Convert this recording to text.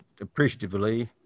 appreciatively